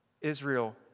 Israel